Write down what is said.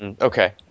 okay